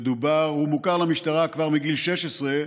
הוא מוכר למשטרה כבר מגיל 16,